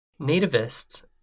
nativists